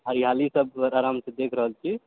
हरियालीसभ आरामसँ देख रहल छी